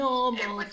Normal